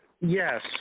Yes